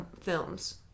films